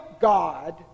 God